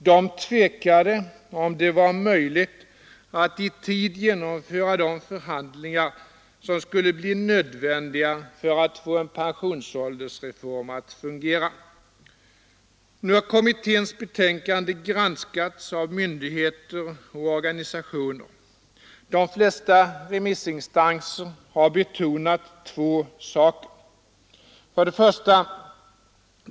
De tvekade, om det var möjligt att i tid genomföra de förhandlingar som skulle bli nödvändiga för att få pensionsåldersreformen att fungera. Nu har kommitténs betänkande granskats av myndigheter och organisationer. De flesta remissinstanser har betonat två saker. 1.